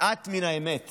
מעט מן האמת